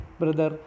brother